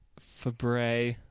Fabre